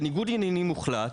בניגוד עניינים מוחלט,